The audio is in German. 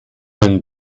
man